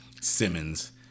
Simmons